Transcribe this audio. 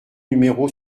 numéro